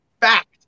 fact